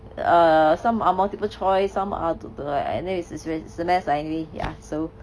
err some are multiple choice some are to the and then sometimes I err ya so